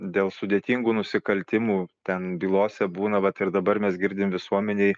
dėl sudėtingų nusikaltimų ten bylose būna vat ir dabar mes girdim visuomenėj